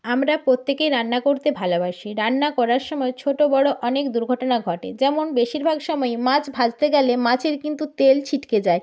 আমরা প্রত্যেকেই রান্না করতে ভালোবাসি রান্না করার সময় ছোটো বড় অনেক দুর্ঘটনা ঘটে যেমন বেশিরভাগ সময়ই মাছ ভাজতে গেলে মাছের কিন্তু তেল ছিটকে যায়